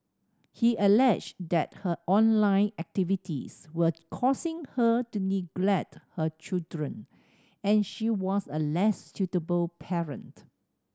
he alleged that her online activities were causing her to neglect a children and she was a less suitable parent